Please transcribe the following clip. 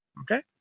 Okay